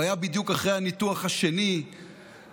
הוא היה בדיוק אחרי הניתוח השני בעין